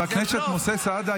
חבר הכנסת משה סעדה,